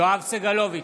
סגלוביץ'